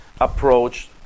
approach